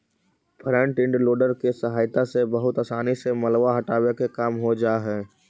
front end loader के सहायता से बहुत असानी से मलबा हटावे के काम हो जा हई